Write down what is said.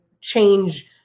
change